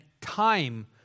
time